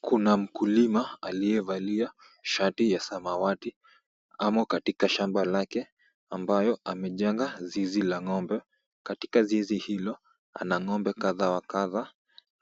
Kuna mkulima aliyevalia shati ya samawati .Amo katika shamba lake ambayo amejenga zizi la ng'ombe. Katika zizi hilo ana ng'ombe kadha wa kadha